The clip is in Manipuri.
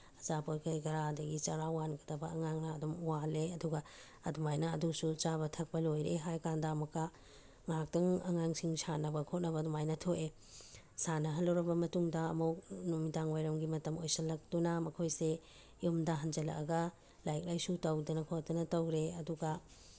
ꯑꯆꯥꯄꯣꯠ ꯀꯔꯤ ꯀꯔꯥ ꯑꯗꯩꯒꯤ ꯆꯔꯥ ꯋꯥꯟꯒꯗꯕ ꯑꯉꯥꯡꯅ ꯑꯗꯨꯝ ꯋꯥꯜꯂꯦ ꯑꯗꯨꯒ ꯑꯗꯨꯃꯥꯏꯅ ꯑꯗꯨꯁꯨ ꯆꯥꯕ ꯊꯛꯄ ꯂꯣꯏꯔꯦ ꯍꯥꯏꯔꯀꯥꯟꯗ ꯑꯃꯨꯛꯀ ꯉꯥꯏꯍꯥꯛꯇꯪ ꯑꯉꯥꯡꯁꯤꯡ ꯁꯥꯅꯕ ꯈꯣꯠꯅꯕ ꯑꯗꯨꯃꯥꯏꯅ ꯊꯣꯛꯑꯦ ꯁꯥꯅꯍꯜꯂꯨꯔꯕ ꯃꯇꯨꯡꯗ ꯑꯃꯨꯛ ꯅꯨꯃꯤꯗꯥꯡ ꯋꯥꯏꯔꯝꯒꯤ ꯃꯇꯝ ꯑꯣꯏꯁꯤꯜꯂꯛꯇꯨꯅ ꯃꯈꯣꯏꯁꯦ ꯌꯨꯝꯗ ꯍꯟꯖꯤꯜꯂꯛꯑꯒ ꯂꯥꯏꯔꯤꯛ ꯂꯥꯏꯁꯨ ꯇꯧꯗꯅ ꯈꯣꯠꯇꯅ ꯇꯧꯔꯦ ꯑꯗꯨꯒ